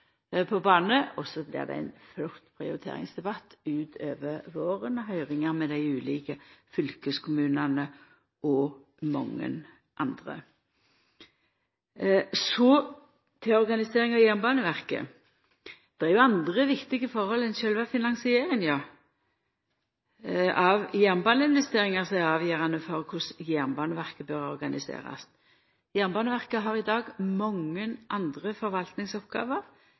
på bane, og så blir det ein prioriteringsdebatt utover våren og høyringar med dei ulike fylkeskommunane og mange andre. Så til organiseringa av Jernbaneverket: Det er jo andre viktige forhold enn sjølve finansieringa av jernbaneutbygginga som er avgjerande for korleis Jernbaneverket bør organiserast. Jernbaneverket har i dag mange andre